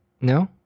No